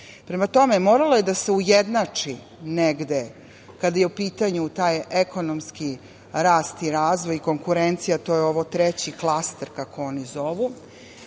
tome, moralo je da se ujednači negde kada je u pitanju taj ekonomski rast i razvoj, konkurencija to je ovo - treći klaster, kako oni zovu,